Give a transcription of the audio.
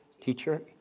teacher